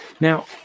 Now